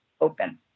open